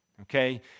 Okay